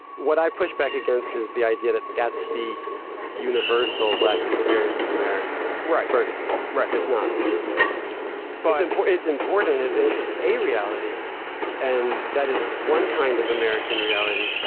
what i push back against is the idea that that's the universal black experience in america right. ferguson right it's not but input is important and is a reality and that is one kind of american reality.